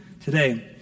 today